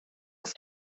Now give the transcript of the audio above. auf